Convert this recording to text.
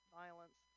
violence